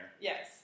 Yes